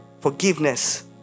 forgiveness